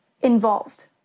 involved